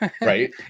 Right